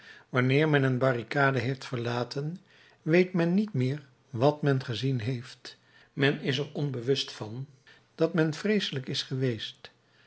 wanneer men een barricade heeft verlaten weet men niet meer wat men gezien heeft men is er onbewust van dat men vreeselijk is geweest